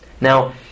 Now